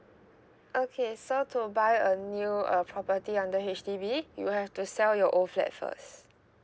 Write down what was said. okay so to buy a new uh property under H_D_B you have to sell your old flat first